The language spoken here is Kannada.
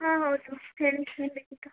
ಹಾಂ ಹೌದು ಹೇಳಿ ಏನು ಬೇಕಿತ್ತು